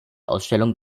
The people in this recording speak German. ausstellung